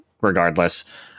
regardless